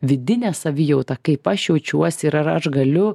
vidinę savijautą kaip aš jaučiuosi ir ar aš galiu